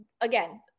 again